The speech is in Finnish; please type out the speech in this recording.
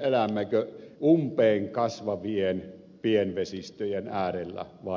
elämmekö umpeen kasvavien pienvesistöjen äärellä vaiko emmekö